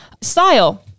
style